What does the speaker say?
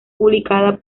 publicada